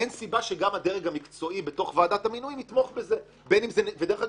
אין סיבה שגם הדרג המקצועי בתוך ועדת המינויים דרך אגב,